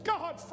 God